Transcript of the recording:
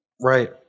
Right